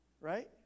right